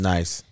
Nice